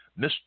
Mr